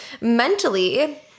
mentally